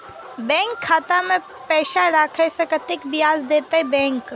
Bank खाता में पैसा राखे से कतेक ब्याज देते बैंक?